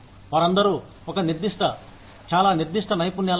వారందరూ ఒక నిర్దిష్ట చాలా నిర్ధిష్ట నైపుణ్యాల జట్టు